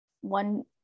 one